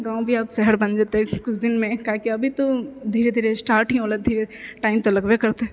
गाँव भी आब शहर बनि जेतै कुछ दिनमे काहेकि अभी तऽ धीरे धीरे स्टार्ट ही होलै धीरे टाइम तऽ लगबे करतै